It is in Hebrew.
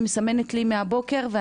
שמסמנת לי מהבוקר.